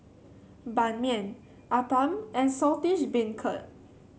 Ban Mian appam and Saltish Beancurd